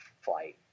flight